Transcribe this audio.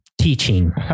Teaching